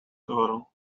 girl